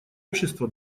общества